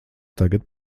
tagad